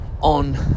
on